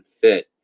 fit